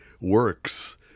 works